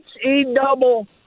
H-E-double